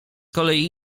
kolei